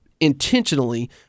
intentionally